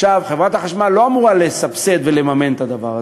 חברת החשמל לא אמורה לסבסד ולממן את הדבר הזה.